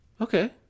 Okay